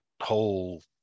whole